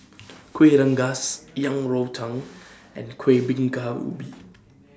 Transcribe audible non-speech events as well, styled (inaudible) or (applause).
(noise) Kuih Rengas Yang Rou Tang and Kuih Bingka Ubi